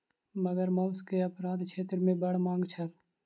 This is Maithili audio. मगर मौस के अपराध क्षेत्र मे बड़ मांग छल